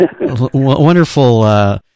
wonderful